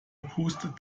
pustet